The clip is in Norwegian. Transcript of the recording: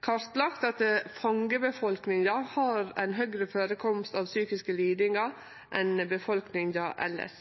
kartlagt at fangebefolkninga har ein høgare førekomst av psykiske lidingar enn befolkninga elles.